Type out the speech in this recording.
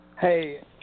Hey